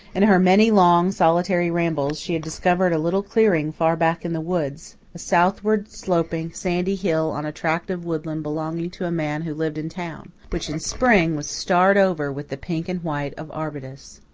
in her many long, solitary rambles, she had discovered a little clearing far back in the woods a southward-sloping, sandy hill on a tract of woodland belonging to a man who lived in town which in spring was starred over with the pink and white of arbutus.